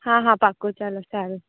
હા હા પાક્કું ચાલો સારું